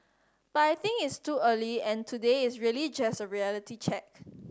but I think it's too early and today is really just a reality check